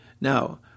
Now